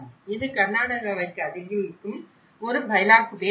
இது கர்நாடகாவிற்கு அருகில் இருக்கும் ஒரு பைலாகுப்பே ஆகும்